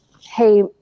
hey